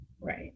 Right